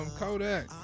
Kodak